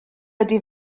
ydy